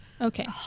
Okay